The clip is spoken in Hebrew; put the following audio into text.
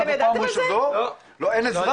אם אנחנו לא יודעים את זה, מי יודע את זה?